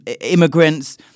immigrants